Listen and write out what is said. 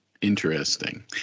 Interesting